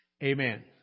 Amen